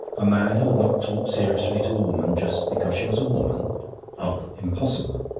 a man who would not talk seriously to a woman just because she was a woman oh, impossible!